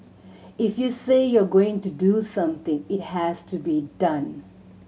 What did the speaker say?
if you say you are going to do something it has to be done